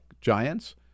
giants